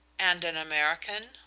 and an american?